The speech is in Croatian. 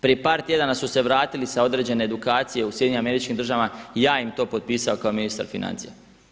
Prije par tjedana su se vratili sa određene edukacije u SAD-u i ja im to potpisao kao ministar financija.